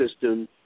system